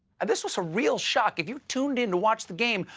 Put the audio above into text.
and this was a real shock. if you tuned in watch the game,